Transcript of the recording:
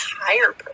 higher